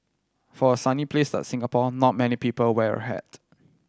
for a sunny place like Singapore not many people wear a hat